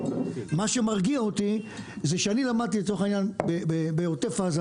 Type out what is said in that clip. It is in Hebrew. אני למדתי, לצורך העניין, שבעוטף עזה